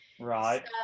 Right